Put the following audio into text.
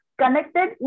connected